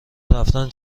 رفتن